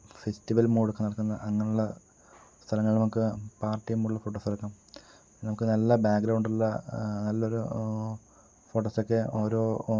festival മൂടൊക്കെ നടക്കുന്ന അങ്ങനെയുള്ള സ്ഥലങ്ങളില് നമുക്ക് പാർട്ടിയം ഉള്ള ഫോട്ടോസ് എടുക്കാം പിന്നെ നമ്മുക്ക് നല്ല ബാക്ക്ഗ്രൗണ്ടുള്ള നല്ലൊരു ഫോട്ടോസൊക്കെ ഓരോ